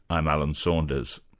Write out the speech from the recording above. i'm alan saunders.